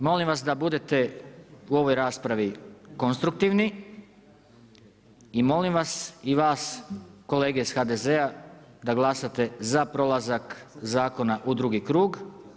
Stoga, molim vas da budete u ovoj raspravi konstruktivni, i molim vas i vas kolege iz HDZ-a da glasate za prolazak zakona u drugi krug.